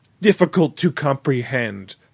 difficult-to-comprehend